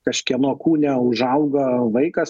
kažkieno kūne užauga vaikas